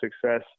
success